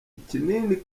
ikinini